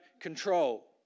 control